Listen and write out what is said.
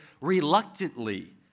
reluctantly